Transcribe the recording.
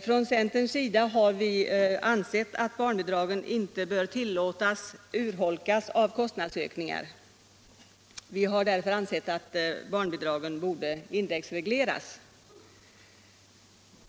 Från centerns sida har vi ansett att barnbidragen inte bör tillåtas urholkas av kostnadsökningar. Vi har därför ansett att barnbidragen borde indexregleras.